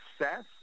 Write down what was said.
success